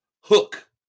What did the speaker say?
Hook